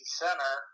center